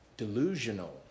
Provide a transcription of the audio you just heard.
delusional